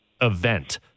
event